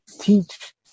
teach